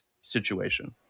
situation